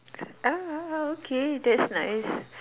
oh oh oh okay that's nice